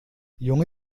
junge